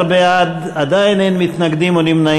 חברי הכנסת, 16 בעד, עדיין אין מתנגדים או נמנעים.